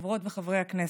חברות וחברי הכנסת,